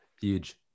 Huge